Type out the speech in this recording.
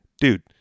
dude